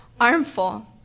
armful